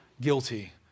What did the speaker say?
guilty